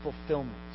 fulfillment